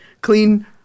clean